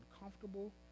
uncomfortable